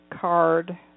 card